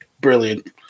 Brilliant